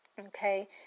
Okay